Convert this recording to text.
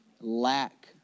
lack